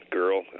girl